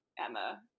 Emma